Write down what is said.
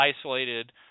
isolated